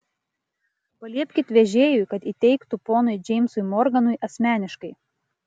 paliepkit vežėjui kad įteiktų ponui džeimsui morganui asmeniškai